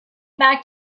back